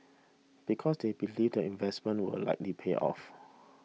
because they believe the investment will likely pay off